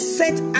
set